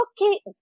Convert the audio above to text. Okay